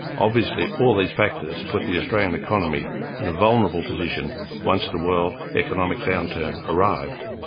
obviously all these factors put the australian economy in a vulnerable position once the world economic downturn arrived.